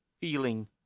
feeling